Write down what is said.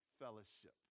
fellowship